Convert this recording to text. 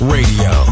Radio